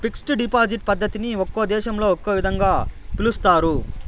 fixed deposit పద్ధతిని ఒక్కో దేశంలో ఒక్కో విధంగా పిలుస్తారు